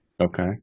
Okay